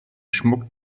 schmuck